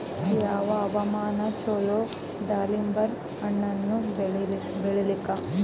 ಯಾವ ಹವಾಮಾನ ಚಲೋ ದಾಲಿಂಬರ ಹಣ್ಣನ್ನ ಬೆಳಿಲಿಕ?